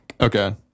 Okay